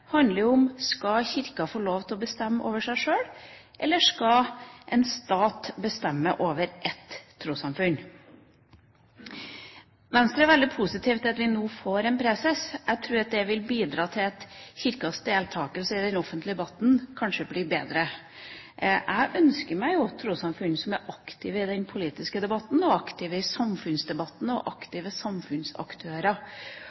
handler om: Skal Kirken få lov til å bestemme over seg sjøl, eller skal en stat bestemme over et trossamfunn? Venstre er veldig positiv til at vi nå får en preses. Jeg tror at det vil bidra til at Kirkens deltakelse i den offentlige debatten kanskje blir bedre. Jeg ønsker meg jo et trossamfunn som er aktiv i den politiske debatten, aktiv i samfunnsdebatten og